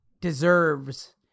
deserves